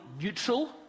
neutral